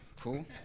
cool